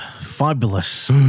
fabulous